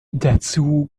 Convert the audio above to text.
dazu